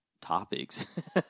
topics